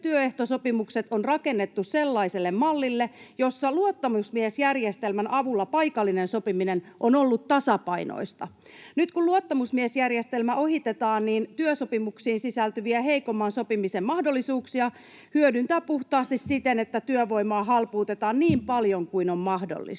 työehtosopimukset on rakennettu sellaiselle mallille, jossa luottamusmiesjärjestelmän avulla paikallinen sopiminen on ollut tasapainoista. Nyt kun luottamusmiesjärjestelmä ohitetaan, työsopimuksiin sisältyviä heikomman sopimisen mahdollisuuksia hyödynnetään puhtaasti siten, että työvoimaa halpuutetaan niin paljon kuin on mahdollista.